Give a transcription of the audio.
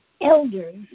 elders